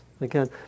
Again